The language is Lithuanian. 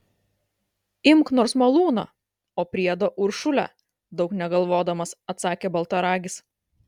imk nors malūną o priedo uršulę daug negalvodamas atsakė baltaragis